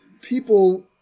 people